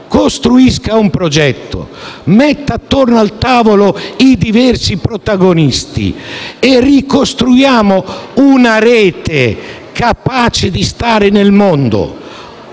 realizzi un progetto, metta attorno a un tavolo i diversi protagonisti e ricostruiamo una rete capace di stare nel mondo.